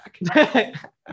back